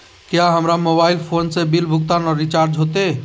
क्या हमारा mobile phone से बिल भुगतान और रिचार्ज होते?